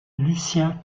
lucien